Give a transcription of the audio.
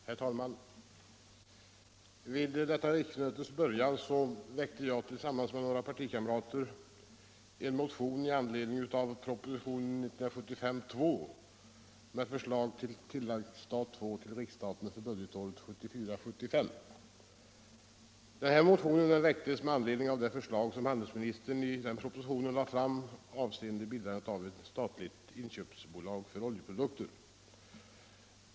Herr talman! Vid början av detta riksmöte väckte jag tillsammans med några partikamrater en motion med anledning av propositionen 1975:2 med förslag om tilläggsstat II till riksstaten för budgetåret 1974/75. Motionen väcktes med anledning av det förslag som handelsministern i nämnda proposition lade fram avseende bildandet av ett statligt inköpsbolag för olja och oljeprodukter.